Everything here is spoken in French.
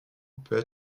peut